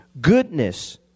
goodness